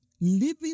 living